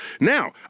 Now